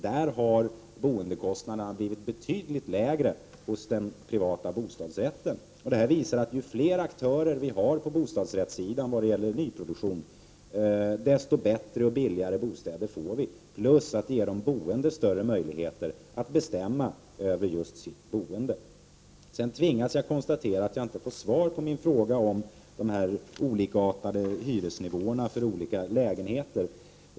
Där har boendekostnaderna blivit betydligt lägre i den privata bostadsrätten. Det visar att ju fler aktörer vi har på bostadsrättssidan vad gäller nyproduktion, desto bättre och billigare bostäder får vi, plus att det ger de boende större möjligheter att bestämma över sitt boende. Vidare tvingas jag konstatera att jag inte fått svar på min fråga om de olikartade hyresnivåerna för olika lägenheter.